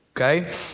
okay